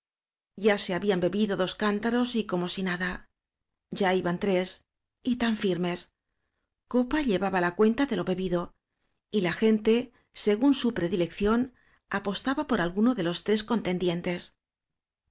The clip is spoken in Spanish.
ya se habían bebido dos cántaros y como si nada ya iban tres y tan firmes copa llevaba la cuenta de lo bebido y la gen te según su predilección apostaba por algu no de los tres contendientes